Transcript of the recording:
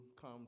come